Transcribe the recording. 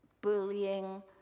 bullying